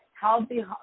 healthy